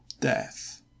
death